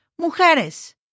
mujeres